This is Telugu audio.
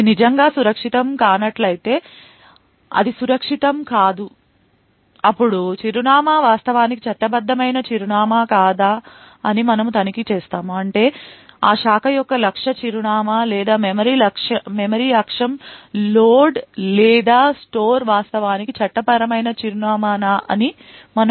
ఇది నిజంగా సురక్షితం కానట్లయితే అది సురక్షితం కాదు అప్పుడు చిరునామా వాస్తవానికి చట్టబద్దమైన చిరునామా కాదా అని మనము తనిఖీ చేస్తాము అంటే ఆ శాఖ యొక్క లక్ష్య చిరునామా లేదా మెమరీ అక్షం లోడ్ లేదా స్టోర్ వాస్తవానికి చట్టపరమైన చిరునామా నా అని మనము చూసుకుంటాము